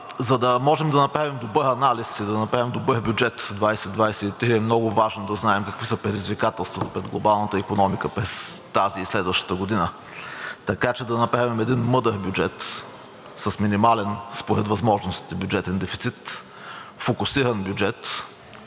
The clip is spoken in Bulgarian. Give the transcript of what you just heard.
За да можем да направим добър анализ и да направим добър бюджет 2023, е много важно да знаем какви са предизвикателствата пред глобалната икономика през тази и следващата година, така че да направим един мъдър бюджет с минимален бюджетен дефицит, според възможностите – фокусиран бюджет,